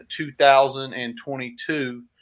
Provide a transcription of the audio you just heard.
2022